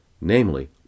namely